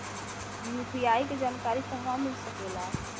UPI के जानकारी कहवा मिल सकेले?